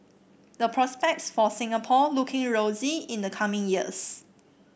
the prospects for Singapore looking rosy in the coming years